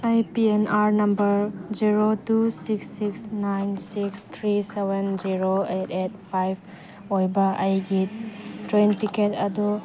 ꯑꯩ P N R number zero two six six nine six three seven zero eight eight ꯐꯥꯏꯕ ꯑꯣꯏꯕ ꯑꯩꯒꯤ train ticket ꯑꯗꯨ